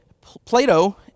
Plato